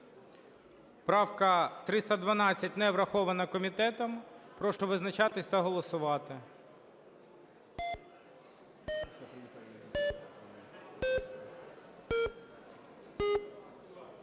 вона не врахована комітетом. Прошу визначатись та голосувати.